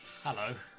hello